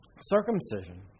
circumcision